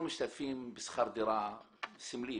אנחנו משתתפים בשכר דירה סמלי,